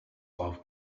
love